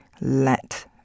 Let